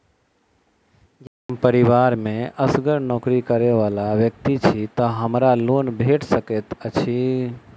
यदि हम परिवार मे असगर नौकरी करै वला व्यक्ति छी तऽ हमरा लोन भेट सकैत अछि?